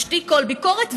משתיק כל ביקורת,